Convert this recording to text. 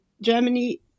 Germany